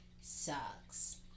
sucks